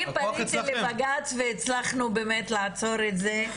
אני פניתי לבג"ץ והצלחנו באמת לעצור את זה.